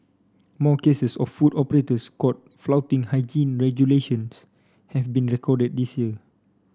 more cases of food operators caught flouting hygiene regulations have been recorded this year